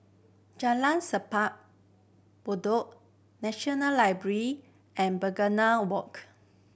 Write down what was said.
Jalan Simpang Bedok National Library and Begonia Walk